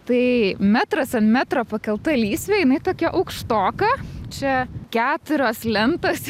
tai metras ant metro pakelta lysvė jinai tokia aukštoka čia keturios lentos